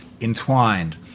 entwined